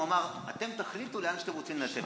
הוא אמר: אתם תחליטו לאן אתם רוצים לתת.